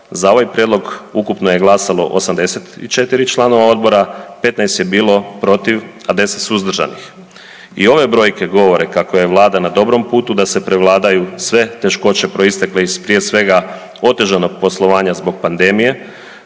za ovaj prijedlog ukupno je glasalo 84 članova odbora, 15 je bilo protiv, a 10 suzdržanih. I ove brojke govore kako je vlada na dobrom putu da se prevladaju sve teškoće proistekle iz prije svega otežanog poslovanja zbog pandemije